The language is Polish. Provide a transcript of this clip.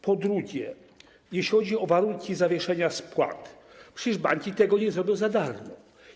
Po drugie, jeśli chodzi o warunki zawieszenia spłat, to przecież banki tego nie zrobią za darmo.